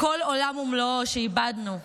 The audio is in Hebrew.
כל העולם ומלואו שאיבדנו,